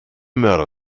mörder